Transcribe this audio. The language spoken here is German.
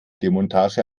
demontage